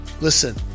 Listen